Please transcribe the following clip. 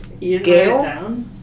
Gail